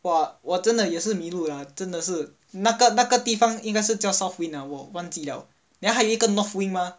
我我真的也是迷路呀真的是那个那个地方应该是叫 south wing 我忘记了 then 还有一个 north wing mah